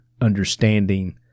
understanding